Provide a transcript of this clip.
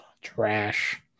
trash